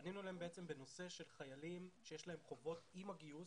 פנינו אליהם בנושא של חיילים שיש להם חובות עם הגיוס,